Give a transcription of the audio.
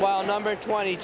while number twenty